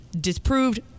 disproved